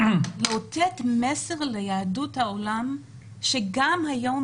להעביר מסר ליהדות העולם שגם היום,